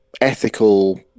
ethical